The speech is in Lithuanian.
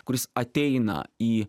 kuris ateina į